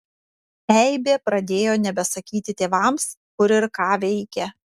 eibė pradėjo nebesakyti tėvams kur ir ką veikia